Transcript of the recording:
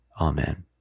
Amen